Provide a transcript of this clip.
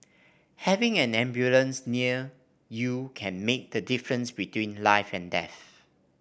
having an ambulance near you can make the difference between life and death